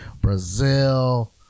Brazil